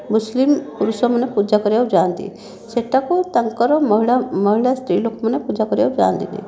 ମୁସଲିମ୍ ପୁରୁଷମାନେ ପୂଜା କରିବାକୁ ଯାଆନ୍ତି ସେଠାକୁ ତାଙ୍କର ମହିଳା ମହିଳା ସ୍ତ୍ରୀଲୋକମାନେ ପୂଜା କରିବାକୁ ଯାଆନ୍ତିନାହିଁ